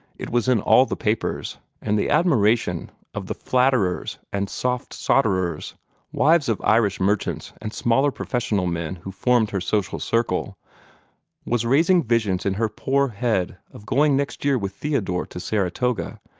it was in all the papers, and the admiration of the flatterers and soft-sawdherers wives of irish merchants and smaller professional men who formed her social circle was raising visions in her poor head of going next year with theodore to saratoga,